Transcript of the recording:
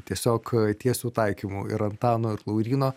tiesiog tiesiu taikymu ir antano ir lauryno